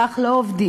כך לא עובדים.